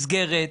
המסגרת.